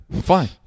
Fine